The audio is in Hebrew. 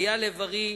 אייל לב-ארי,